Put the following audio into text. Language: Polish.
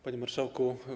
Panie Marszałku!